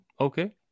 Okay